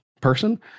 person